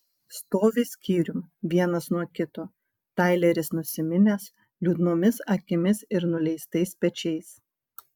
stovi skyrium vienas nuo kito taileris nusiminęs liūdnomis akimis ir nuleistais pečiais